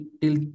till